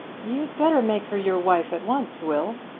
you'd better make her your wife at once, will.